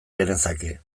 genezake